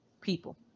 people